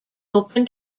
open